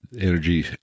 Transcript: energy